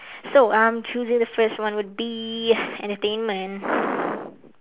so I'm choosing the first one would be entertainment